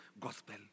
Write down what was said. gospel